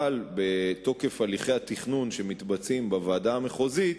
אבל בתוקף הליכי התכנון שמתבצעים בוועדה המחוזית,